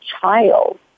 child